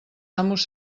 amos